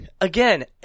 Again